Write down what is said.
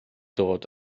dod